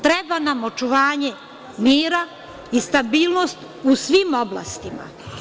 Treba nam očuvanje mira i stabilnost u svim oblastima.